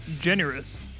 generous